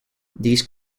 these